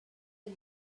had